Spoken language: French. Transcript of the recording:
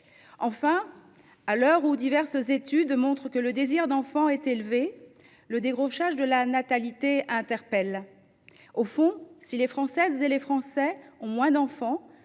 Enfin, à l’heure où diverses études montrent que le désir d’enfant est élevé, le décrochage de la natalité interpelle. Au fond, si les Françaises et les Français ont moins d’enfants,